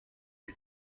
lui